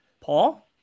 Paul